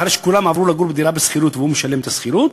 אחרי שכולם עברו לגור בדירה בשכירות והוא משלם את השכירות,